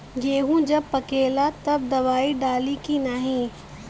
गेहूँ जब पकेला तब दवाई डाली की नाही?